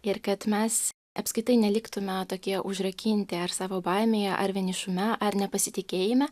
ir kad mes apskritai neliktume tokie užrakinti ar savo baimėje ar vienišume ar nepasitikėjime